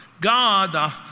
God